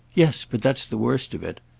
yes but that's the worst of it.